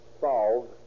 solved